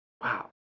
Wow